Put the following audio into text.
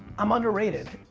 i'm underrated.